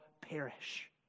perish